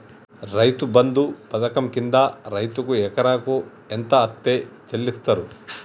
రైతు బంధు పథకం కింద రైతుకు ఎకరాకు ఎంత అత్తే చెల్లిస్తరు?